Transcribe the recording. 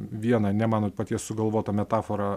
vieną ne mano paties sugalvotą metaforą